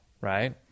right